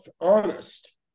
honest